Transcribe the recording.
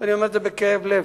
ואני אומר את זה בכאב לב.